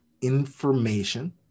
information